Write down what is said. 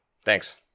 Thanks